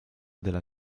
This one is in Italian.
della